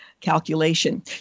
calculation